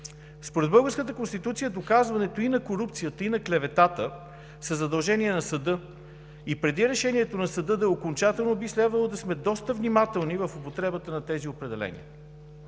Според Българската конституция доказването и на корупцията, и на клеветата е задължение на съда, и преди решението на съда да е окончателно, би следвало да сме доста внимателни в употребата на тези определения.